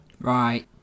Right